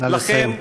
לכן,